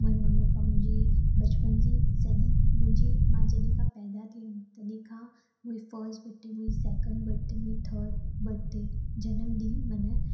मुंहिंजे मम्मी पपा मुंहिंजी बचपन जी सॼी मुंहिंजी मां जॾहिं खां पैदा थियमि तॾहिं खां मुंहिंजी फर्स्ट बर्डे में हुई सैकंड बर्डे में थर्ड बर्डे जनम ॾींहं मन